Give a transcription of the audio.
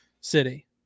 city